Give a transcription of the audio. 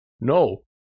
no